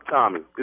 Tommy